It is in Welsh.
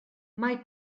mae